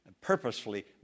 purposefully